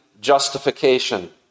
justification